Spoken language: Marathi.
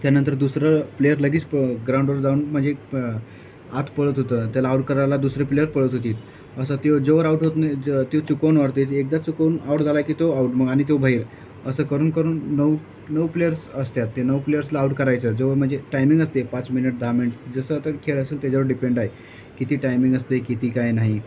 त्यानंतर दुसरं प्लेयर लगेच प ग्राउंडवर जाऊन म्हणजे आत पळत होतं त्याला आऊट करायला दुसरी प्लेयर पळत होती असं तो जोवर आऊट होत नाही जो तो चुकवून वाडतंय एकदा चुकवून आउट झाला की तो आऊट मग आणि तो बाहेर असं करून करून नऊ नऊ प्लेयर्स असतात ते नऊ प्लेयर्सला आउट करायचं जोवर म्हणजे टायमिंग असतं आहे पाच मिनिट दहा मिनिट जसं आता खेळ असेल त्याच्यावर डिपेंड आहे किती टायमिंग असतं आहे किती काय नाही